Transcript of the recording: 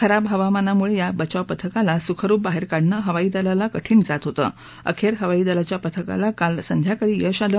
खराब हवामानामुळं या बचाव पथकाला सुखरुप बाहेर काढणं हवाई दलाला कठीण जात होतं अखेर हवाई दलाच्या पथकाला काल संध्याकाळी यश आलं